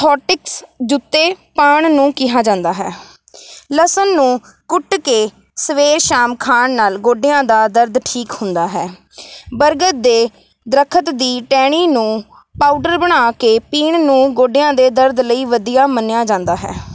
ਥੋਟਿਕਸ ਜੁੱਤੇ ਪਾਉਣ ਨੂੰ ਕਿਹਾ ਜਾਂਦਾ ਹੈ ਲਸਣ ਨੂੰ ਕੁੱਟ ਕੇ ਸਵੇਰ ਸ਼ਾਮ ਖਾਣ ਨਾਲ ਗੋਡਿਆਂ ਦਾ ਦਰਦ ਠੀਕ ਹੁੰਦਾ ਹੈ ਬਰਗਦ ਦੇ ਦਰਖਤ ਦੀ ਟਹਿਣੀ ਨੂੰ ਪਾਊਡਰ ਬਣਾ ਕੇ ਪੀਣ ਨੂੰ ਗੋਡਿਆਂ ਦੇ ਦਰਦ ਲਈ ਵਧੀਆ ਮੰਨਿਆ ਜਾਂਦਾ ਹੈ